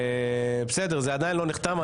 זה עדיין לא נחתם.